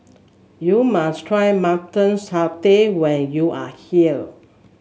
you must try Mutton Satay when you are here